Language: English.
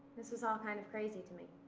this is all kind of crazy to me.